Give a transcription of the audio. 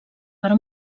per